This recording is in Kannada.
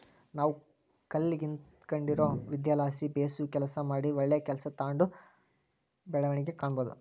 ನಾವು ಕಲಿತ್ಗಂಡಿರೊ ವಿದ್ಯೆಲಾಸಿ ಬೇಸು ಕೆಲಸ ಮಾಡಿ ಒಳ್ಳೆ ಕೆಲ್ಸ ತಾಂಡು ಬೆಳವಣಿಗೆ ಕಾಣಬೋದು